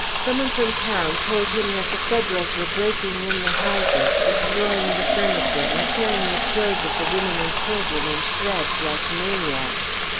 some one from town told him that the federals were breaking in the houses, destroying the furniture, and tearing the clothes of the women and children in shreds, like maniacs.